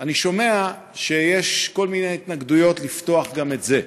אני שומע שיש כל מיני התנגדויות לפתוח גם את זה.